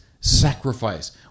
sacrifice